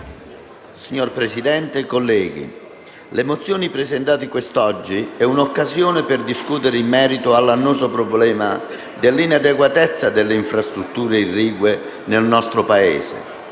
Signora Presidente, colleghi, le mozioni presentate quest’oggi rappresentano un’occasione per discutere in merito all’annoso problema dell’inadeguatezza delle infrastrutture irrigue nel nostro Paese.